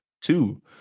two